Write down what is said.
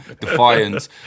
Defiance